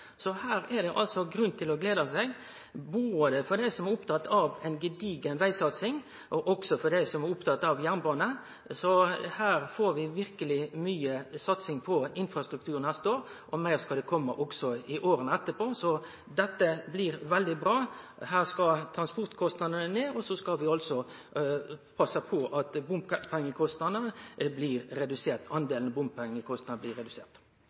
Så her er det altså grunn til å glede seg både for dei som er opptatt av ei gedigen vegsatsing, og for dei som er opptatt av jernbane. Så her får vi verkeleg mykje satsing på infrastruktur neste år, og meir skal det kome også i åra etterpå. Dette blir veldig bra. Her skal transportkostnadene ned, og så skal vi passe på at delen av bompengekostnader blir